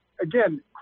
Again